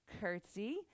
curtsy